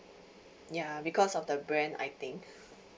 ya because of the brand I think